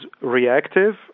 reactive